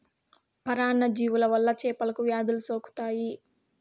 పరాన్న జీవుల వల్ల చేపలకు వ్యాధులు సోకుతాయి